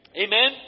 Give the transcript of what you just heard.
Amen